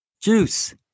Juice